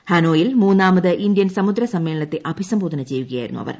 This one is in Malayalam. ഹാനോയിൽ മൂന്നാമത് ഇന്ത്യൻ സമുദ്ര സമ്മേളനത്തെ അഭിസംബോധന ചെയ്യുകയായിരുന്നു അവർ